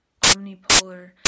omnipolar